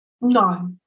No